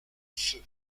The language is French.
feu